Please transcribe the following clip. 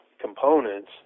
components